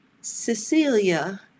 Cecilia